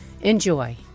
enjoy